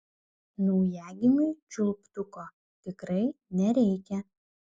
naujagimiui čiulptuko tikrai nereikia